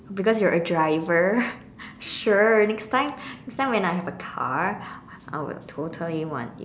because you're a driver sure next time next time when I have a car I would totally want